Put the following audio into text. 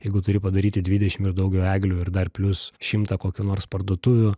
jeigu turi padaryti dvidešim ir daugiau eglių ir dar plius šimtą kokių nors parduotuvių